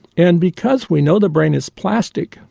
and because we know the brain is plastic,